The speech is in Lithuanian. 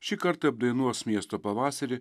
šį kartą apdainuos miesto pavasarį